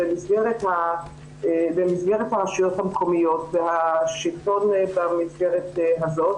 במסגרת הרשויות המקומיות והשלטון במסגרת הזאת.